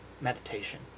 meditation